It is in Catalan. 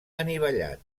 anivellat